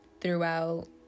throughout